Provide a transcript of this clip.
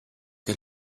che